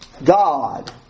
God